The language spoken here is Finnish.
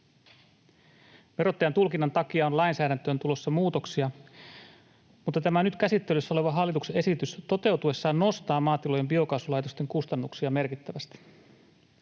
Verottajan tulkinnan takia on lainsäädäntöön tulossa muutoksia, mutta tämä nyt käsittelyssä oleva hallituksen esitys toteutuessaan nostaa maatilojen biokaasulaitosten kustannuksia merkittävästi.